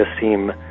seem